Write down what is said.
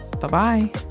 bye-bye